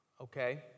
okay